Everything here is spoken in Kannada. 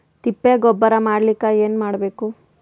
ತಿಪ್ಪೆ ಗೊಬ್ಬರ ಮಾಡಲಿಕ ಏನ್ ಮಾಡಬೇಕು?